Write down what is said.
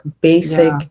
basic